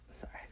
Sorry